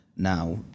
now